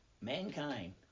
mankind